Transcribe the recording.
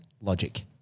logic